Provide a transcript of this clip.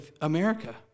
America